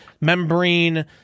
membrane